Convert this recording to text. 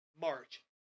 March